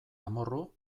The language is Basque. amorru